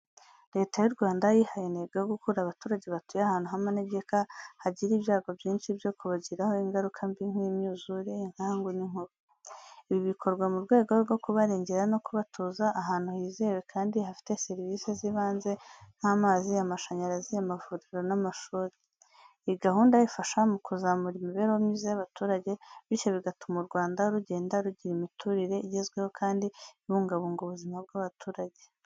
Leta y’u Rwanda yihaye intego yo gukura abaturage batuye ahantu h’amanegeka hagira ibyago byinshi byo kubagiraho ingaruka mbi nk’imyuzure, inkangu n’inkuba. Ibi bikorwa mu rwego rwo kubarengera no kubatuza ahantu hizewe kandi hafite serivisi z’ibanze nk’amazi, amashanyarazi, amavuriro n’amashuri. Iyi gahunda ifasha mu kuzamura imibereho myiza y’abaturage , bityo bigatuma u Rwanda rugenda rugira imiturire igezweho kandi ibungabunga ubuzima bw'abaturage.